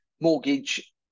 mortgage